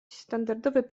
standardowe